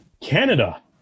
Canada